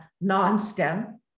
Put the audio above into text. non-STEM